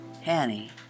Hanny